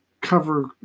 cover